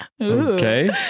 Okay